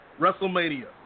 WrestleMania